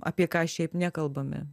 apie ką šiaip nekalbame